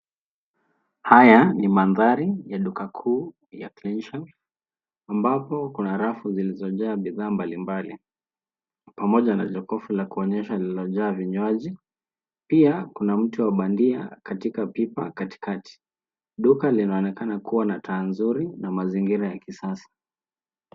Haya ni mandhari ya duka kuu ya Clean Shelf ambapo kuna rafu zilizojaa bidhaa mbalimbali pamoja na jokofu la kuonyesha lililojaa vinywaji, pia kuna mti wa bandia katika pipa katikati. Duka linaonekana kuwa na taa nzuri na mazingira ya kisasa.